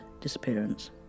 disappearance